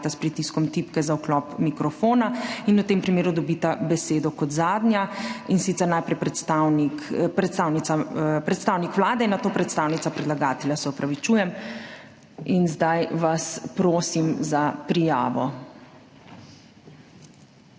s pritiskom tipke za vklop mikrofona in v tem primeru dobita besedo kot zadnja, in sicer najprej predstavnik Vlade in nato predstavnica predlagatelja. Zdaj vas prosim za prijavo.